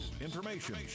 information